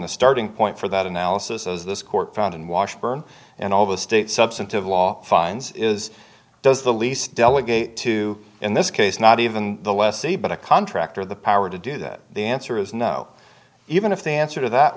the starting point for that analysis as this court found and washburn and all the state substantive law finds is does the least delegate to in this case not even the lessee but a contractor the power to do that the answer is no even if the answer to that